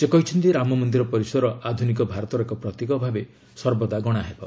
ସେ କହିଛନ୍ତି ରାମମନ୍ଦିର ପରିସର ଆଧୁନିକ ଭାରତର ଏକ ପ୍ରତୀକ ଭାବେ ସର୍ବଦା ଗଣାହେବ